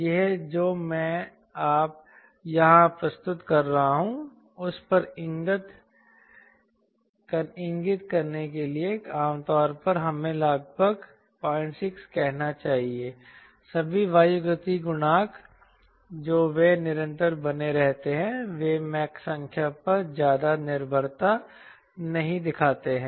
यह जो मैं यहां प्रस्तुत कर रहा हूं उस पर इंगित करने के लिए आमतौर पर हमें लगभग 06 कहना चाहिए सभी वायुगतिकीय गुणांक जो वे निरंतर बने रहते हैं वे मैक संख्या पर ज्यादा निर्भरता नहीं दिखाते हैं